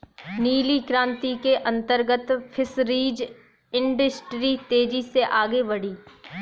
नीली क्रांति के अंतर्गत फिशरीज इंडस्ट्री तेजी से आगे बढ़ी